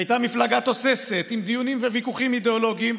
שהייתה מפלגה תוססת עם דיונים וויכוחים אידיאולוגיים,